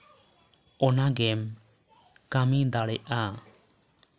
ᱚᱱᱟᱜᱮᱢ ᱠᱟ ᱢᱤ ᱫᱟᱲᱮᱜᱼᱟ